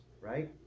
right